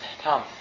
Tom